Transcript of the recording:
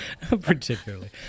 Particularly